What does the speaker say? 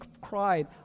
cried